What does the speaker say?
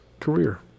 career